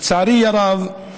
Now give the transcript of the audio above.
לצערי הרב,